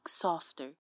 softer